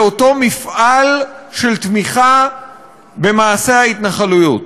באותו מפעל של תמיכה במעשה ההתנחלויות.